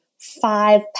Five